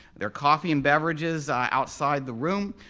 there are coffee and beverages outside the room.